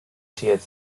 siad